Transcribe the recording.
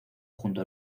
junto